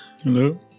Hello